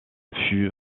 fut